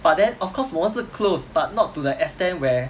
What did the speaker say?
but then of course 我们是 close but not to the extent where